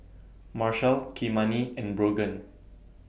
Marshal Kymani and Brogan